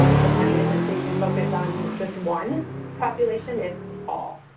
ah the money isn't so you can focus on just one population. it's all.